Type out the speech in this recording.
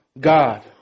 God